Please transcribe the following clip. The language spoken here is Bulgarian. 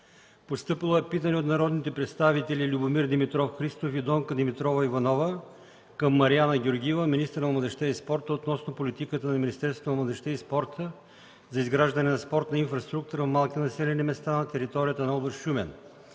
Постъпило е питане от народните представители Любомир Димитров Христов и Донка Димитрова Иванова към Мариана Георгиева – министър на младежта и спорта, относно политиката на Министерството на младежта и спорта за изграждане на спортна инфраструктура в малки населени места на територията на област Шумен.